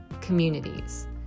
communities